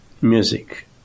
music